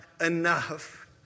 enough